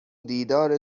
دیدار